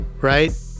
Right